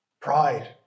Pride